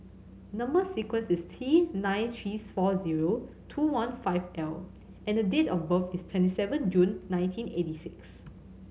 number sequence is T nine three four zero two one five L and date of birth is twenty seven June nineteen eighty six